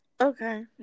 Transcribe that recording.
Okay